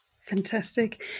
Fantastic